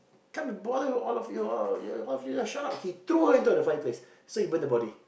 can't be bothered with all of you all of you all shut up he throw into the fireplace so he burn the body